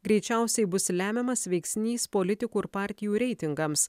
greičiausiai bus lemiamas veiksnys politikų ir partijų reitingams